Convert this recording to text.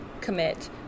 commit